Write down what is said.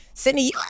Sydney